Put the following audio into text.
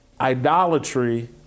Idolatry